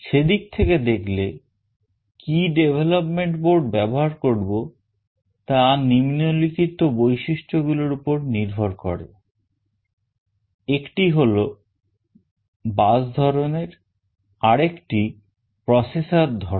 সে দিক থেকে দেখলে কি development board ব্যবহার করব তা নিম্নলিখিত বৈশিষ্ট্য গুলোর উপর নির্ভর করে একটি হলো bus ধরনের আরেকটি processor ধরনের